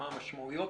מה המשמעויות,